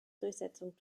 durchsetzung